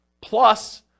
plus